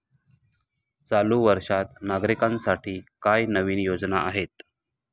चालू वर्षात नागरिकांसाठी काय नवीन योजना आहेत?